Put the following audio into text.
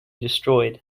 destroyed